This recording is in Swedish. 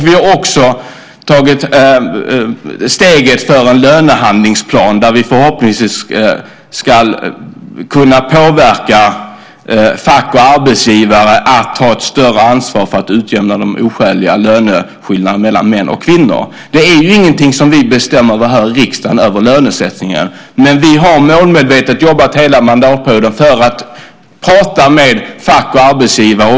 Vi har också tagit steget till en lönehandlingsplan, där vi förhoppningsvis ska kunna påverka fack och arbetsgivare att ta ett större ansvar för att utjämna de oskäliga löneskillnaderna mellan män och kvinnor. Lönesättningen är ingenting som vi bestämmer över här i riksdagen, men vi har målmedvetet jobbat hela mandatperioden för att prata med fack och arbetsgivare.